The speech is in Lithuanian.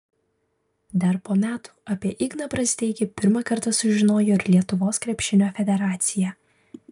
dar po metų apie igną brazdeikį pirmą kartą sužinojo ir lietuvos krepšinio federacija